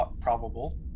probable